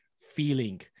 feeling